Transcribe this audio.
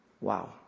Wow